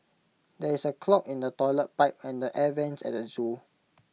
there is A clog in the Toilet Pipe and the air Vents at the Zoo